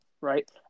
right